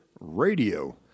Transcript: Radio